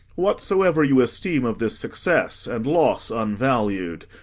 whatsoever you esteem of this success, and loss unvalued,